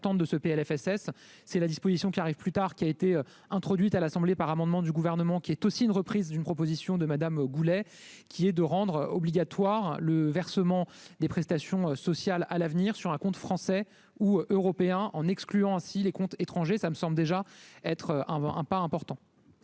c'est la disposition qui arrivent plus tard qui a été introduite à l'Assemblée par amendement du gouvernement qui est aussi une reprise d'une proposition de Madame Goulet, qui est de rendre obligatoire le versement des prestations sociales à l'avenir sur un compte, français ou européens, en excluant ainsi les comptes étrangers, ça me semble déjà être un un pas important.